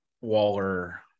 waller